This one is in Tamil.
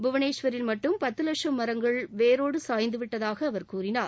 புவனேஷ்வரில் மட்டும் பத்து வட்சம் மரங்கள் வேரோடு சாய்ந்து விட்டதாக அவர் கூறினார்